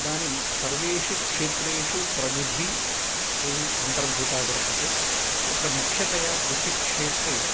इदानीं सर्वेषु क्षेत्रेषु प्रविधि एवम् अन्तरभूता वर्तते तत्र मुख्यतया कृषिक्षेत्रे